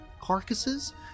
carcasses